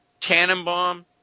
Tannenbaum